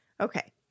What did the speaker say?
okay